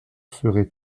serait